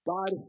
God